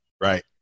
right